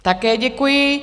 Také děkuji.